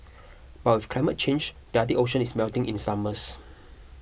but with climate change the Arctic Ocean is melting in summers